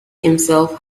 himself